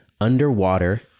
underwater